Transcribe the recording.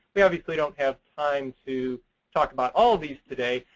we obviously don't have time to talk about all these today,